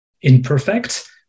imperfect